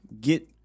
get